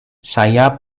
saya